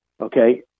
Okay